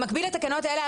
במקביל לתקנות האלה,